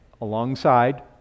alongside